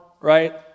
right